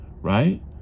right